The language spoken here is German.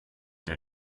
der